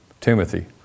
Timothy